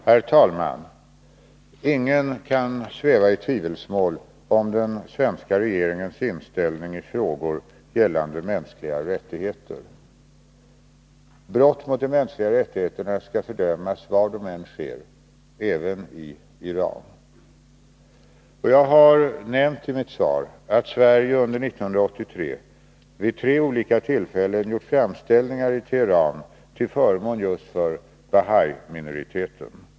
Herr talman! Ingen kan sväva i tvivelsmål om den svenska regeringens inställning i frågor gällande mänskliga rättigheter. Brott mot de mänskliga rättigheterna skall fördömas var de än sker — även i Iran. Jag har i mitt svar nämnt att Sverige under 1983 vid tre olika tillfällen gjort framställningar till Teheran till förmån just för Bahai-minoriteten.